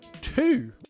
two